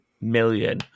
million